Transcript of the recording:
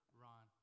ron